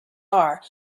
are